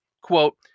Quote